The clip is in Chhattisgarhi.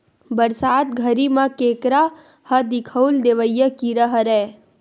बरसात घरी म केंकरा ह दिखउल देवइया कीरा हरय